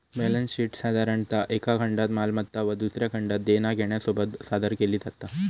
balance शीटसाधारणतः एका खंडात मालमत्ता व दुसऱ्या खंडात देना घेण्यासोबत सादर केली जाता